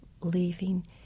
Leaving